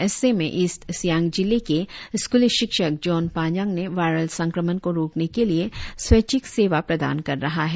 ऐसे में ईस्ट सियांग जिले के सकूली शिक्षक जोन पान्यांग ने वायरल संक्रमण को रोकने के लिए स्वैच्छिक सेवा प्रदान कर रहा है